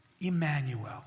Emmanuel